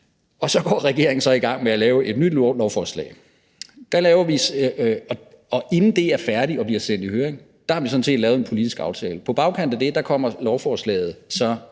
Så går regeringen så i gang med at lave et nyt lovforslag, og inden det er færdigt og bliver sendt i høring, har vi sådan set lavet en politisk aftale. På bagkant af det kommer lovforslaget så